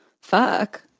fuck